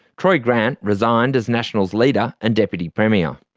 troy grant resigned as nationals' leader and deputy premier.